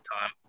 time